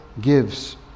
gives